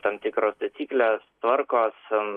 tam tikros taisyklės tvarkos